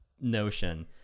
notion